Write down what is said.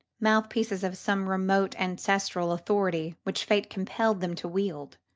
mouthpieces of some remote ancestral authority which fate compelled them to wield,